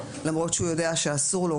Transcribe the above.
שלמרות שהוא יודע שאסור לו,